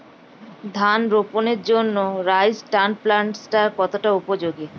ধান রোপণের জন্য রাইস ট্রান্সপ্লান্টারস্ কতটা উপযোগী?